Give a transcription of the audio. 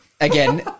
again